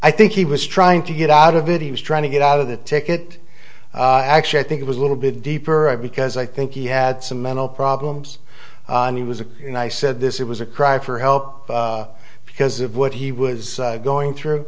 i think he was trying to get out of it he was trying to get out of the ticket actually i think it was a little bit deeper i because i think he had some mental problems and he was a and i said this it was a cry for help because of what he was going through